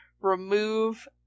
remove